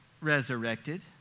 resurrected